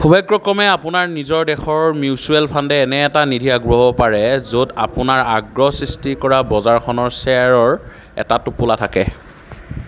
সৌভাগ্যক্ৰমে আপোনাৰ নিজৰ দেশৰ মিউচুৱেল ফাণ্ডে এনে এটা নিধি আগবঢ়াব পাৰে য'ত আপোনাৰ আগ্ৰহ সৃষ্টি কৰা বজাৰখনৰ শ্বেয়াৰৰ এটা টোপোলা থাকে